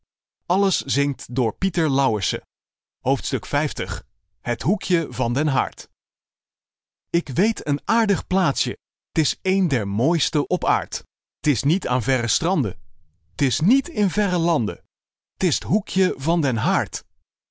het hoekje van den haard ik weet een aardig plaatsje t is een der mooiste op aard t is niet aan verre stranden t is niet in verre landen t is t hoekje van den haard